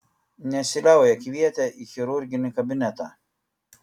nesiliauja kvietę į chirurginį kabinetą